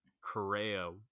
Correa